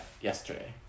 yesterday